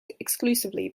exclusively